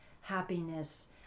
happiness